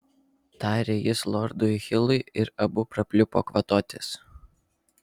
tarė jis lordui hilui ir abu prapliupo kvatotis